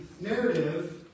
narrative